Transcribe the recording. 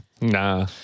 Nah